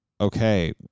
Okay